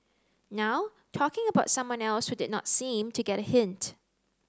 now talking about someone else who did not seem to get a hint